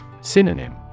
Synonym